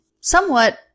somewhat